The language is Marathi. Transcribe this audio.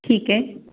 ठीक आहे